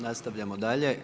Nastavljamo dalje.